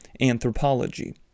anthropology